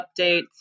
updates